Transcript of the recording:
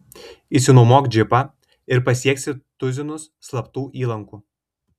išsinuomok džipą ir pasieksi tuzinus slaptų įlankų